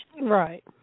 Right